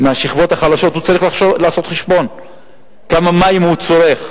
צריך לעשות חשבון כמה מים הוא צורך,